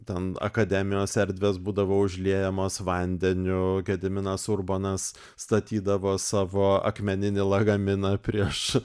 ten akademijos erdvės būdavo užliejamos vandeniu gediminas urbonas statydavo savo akmeninį lagaminą prieš